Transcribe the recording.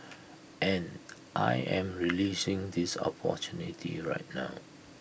and I am relishing this opportunity right now